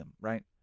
right